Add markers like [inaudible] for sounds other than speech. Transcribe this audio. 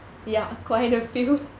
ya quite a few [laughs]